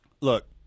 Look